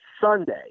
Sunday